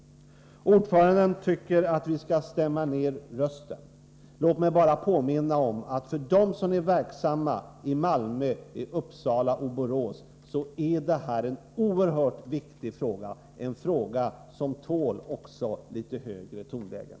Ordföranden tycker att vi skall stämma ned tonen. Låt mig bara påpeka att för dem som är verksamma i Malmö, Uppsala och Borås är detta en oerhört viktig fråga, en fråga som tål också litet högre röstlägen.